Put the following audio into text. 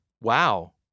Wow